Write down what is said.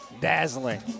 dazzling